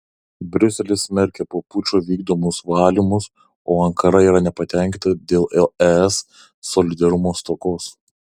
briuselis smerkia po pučo vykdomus valymus o ankara yra nepatenkinta dėl es solidarumo stokos